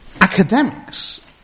Academics